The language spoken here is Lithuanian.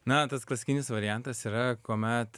na tas klasikinis variantas yra kuomet